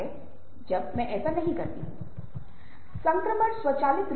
वह जीव विज्ञान संचालित था